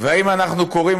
והאם אנחנו קוראים